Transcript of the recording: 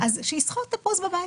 שיסחט תפוז בבית,